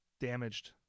Damaged